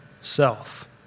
self